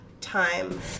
time